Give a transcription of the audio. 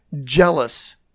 jealous